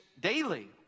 daily